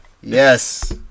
Yes